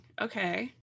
Okay